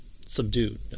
subdued